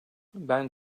ben